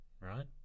right